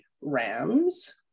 rams